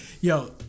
yo